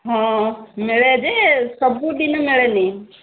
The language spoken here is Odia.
ହଁ ମିଳେ ଯେ ସବୁଦିନ ମିଳେନି